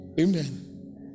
Amen